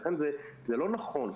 לכן זה לא נכון.